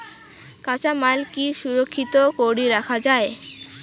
কাঁচামাল কি সংরক্ষিত করি রাখা যায়?